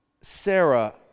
Sarah